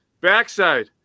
backside